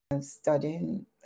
studying